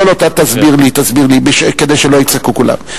תסביר לי, כדי שלא יצעקו כולם.